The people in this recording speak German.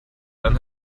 dann